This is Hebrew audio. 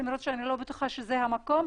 למרות שאני לא בטוחה שזה המקום.